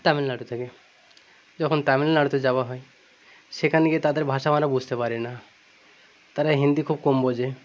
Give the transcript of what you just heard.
তামিলনাড়ু থেকে যখন তামিলনাড়ুতে যাওয়া হয় সেখানে গিয়ে তাদের ভাষা আমরা বুঝতে পারি না তারা হিন্দি খুব কম বোঝে